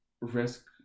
risk